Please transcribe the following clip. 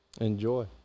enjoy